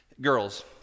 Girls